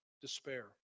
despair